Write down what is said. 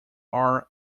are